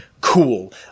Cool